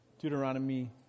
Deuteronomy